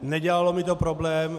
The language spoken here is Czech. Nedělalo mi to problém.